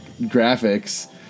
graphics